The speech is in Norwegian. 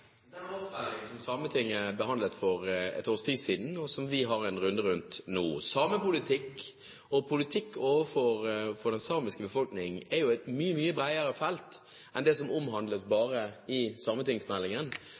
og har en runde rundt den årsmeldingen som Sametinget behandlet for ett års tid siden. Samepolitikk og politikk overfor den samiske befolkning er jo et mye, mye bredere felt enn bare det som omhandles